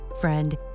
Friend